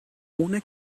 ohne